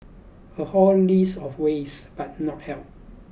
a whole list of ways but not help